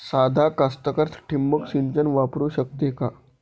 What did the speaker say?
सादा कास्तकार ठिंबक सिंचन वापरू शकते का?